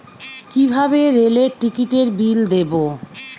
কিভাবে রেলের টিকিটের বিল দেবো?